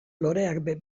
loreak